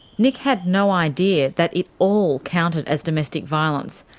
nick had no idea that it all counted as domestic violence,